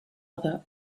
other